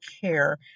care